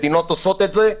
מדינות עושות את זה,